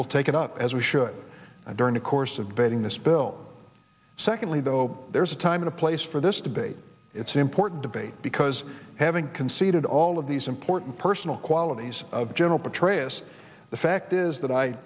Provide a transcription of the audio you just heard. will take it up as we should i during the course of debating this bill secondly though there's a time and place for this debate it's an important debate because having conceded all of these important personal qualities of general petraeus the fact is that i